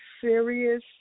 serious